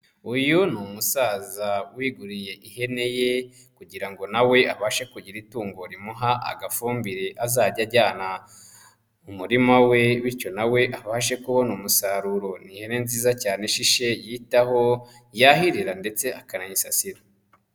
Uyu ni umusaza wiguriye ihene ye, kugira ngo nawe abashe kugira itungo rimuha agafumbire azajya ajyana mu murima we, bityo nawe abashe kubona umusaruro, n'ihene nziza cyane ishishe yitaho yahirira, ndetse akanayisasira.